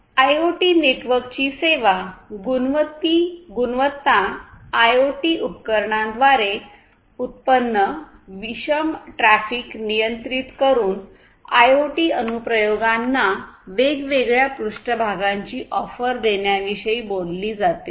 IoT नेटवर्कची सेवा गुणवत्ता आयओटी उपकरणाद्वारे उत्पन्न विषम ट्रॅफिक नियंत्रित करून आयओटी अनुप्रयोगांना वेगवेगळ्या पृष्ठभागाची ऑफर देण्याविषयी बोलली जाते